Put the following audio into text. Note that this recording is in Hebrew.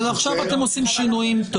אבל עכשיו אתם עושים שינויים.